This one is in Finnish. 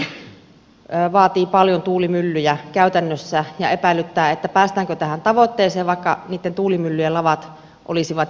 tuulivoiman lisääminen vaatii paljon tuulimyllyjä käytännössä ja epäilyttää päästäänkö tähän tavoitteeseen vaikka niiden tuulimyllyjen lavat olisivat jo lomittain